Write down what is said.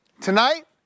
tonight